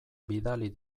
bidali